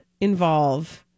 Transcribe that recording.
involve